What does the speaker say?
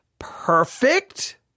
Perfect